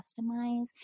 customize